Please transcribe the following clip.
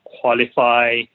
qualify